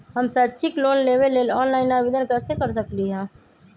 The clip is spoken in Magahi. हम शैक्षिक लोन लेबे लेल ऑनलाइन आवेदन कैसे कर सकली ह?